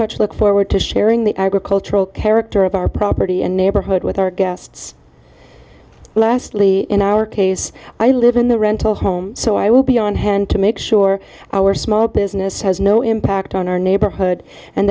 much look forward to sharing the agricultural character of our property and neighborhood with our guests lastly in our case i live in the rental home so i will be on hand to make sure our small business has no impact on our neighborhood and